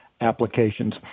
applications